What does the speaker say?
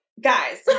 guys